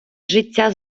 життя